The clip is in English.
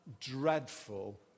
dreadful